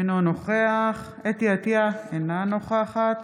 אינו נוכח חוה אתי עטייה, אינה נוכחת